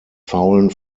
faulen